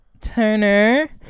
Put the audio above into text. Turner